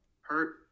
hurt